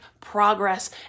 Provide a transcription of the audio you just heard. progress